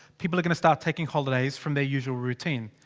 people gonna start taking holidays from the usual routine.